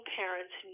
parents